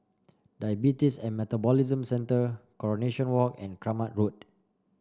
Diabetes and Metabolism Centre Coronation Walk and Kramat Road